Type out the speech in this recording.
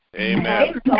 Amen